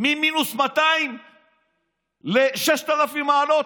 ממינוס 200 ל-6,000 מעלות.